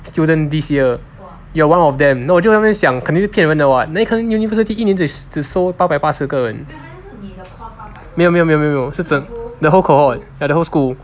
students this year you are one of them 我就那边想肯定是骗人的 [what] 哪里可能 university 一年只收八百八十个人没有没有没有没有是整个 the whole cohort ya the whole school